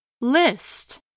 List